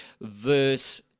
verse